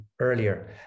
earlier